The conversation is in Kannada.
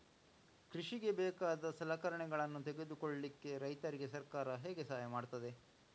ಕೃಷಿಗೆ ಬೇಕಾದ ಸಲಕರಣೆಗಳನ್ನು ತೆಗೆದುಕೊಳ್ಳಿಕೆ ರೈತರಿಗೆ ಸರ್ಕಾರ ಹೇಗೆ ಸಹಾಯ ಮಾಡ್ತದೆ?